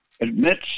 admits